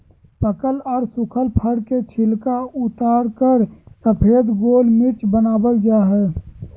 पकल आर सुखल फल के छिलका उतारकर सफेद गोल मिर्च वनावल जा हई